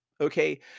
okay